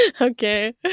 Okay